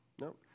no